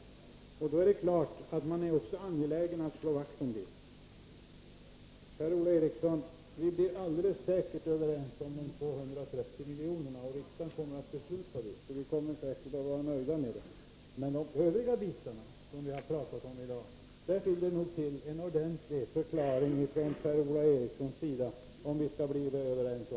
Då är det klart att man också är angelägen att slå vakt om dem. Vi blir alldeles säkert överens, Per-Ola Eriksson, om de 230 miljonerna. Riksdagen kommer att bevilja dem, och vi kommer utan tvivel att bli nöjda. Men när det gäller de övriga bitarna som vi har talat om i dag vill det nog till en ordentlig förklaring från Per-Ola Eriksson, om vi skall bli överens.